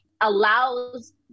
allows